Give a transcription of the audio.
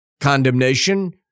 Condemnation